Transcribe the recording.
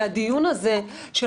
הרי הדיון הזה על